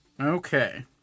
Okay